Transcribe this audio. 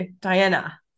Diana